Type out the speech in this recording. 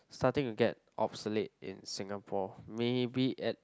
starting to get obsolete in Singapore maybe at